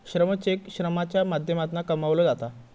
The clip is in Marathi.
श्रम चेक श्रमाच्या माध्यमातना कमवलो जाता